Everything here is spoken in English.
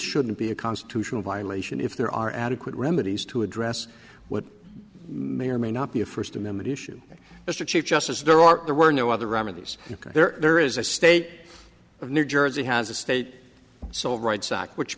shouldn't be a constitutional violation if there are adequate remedies to address what may or may not be a first amendment issue mr chief justice there are there were no other remedies and there is a state of new jersey has a state so all right sock which